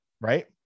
right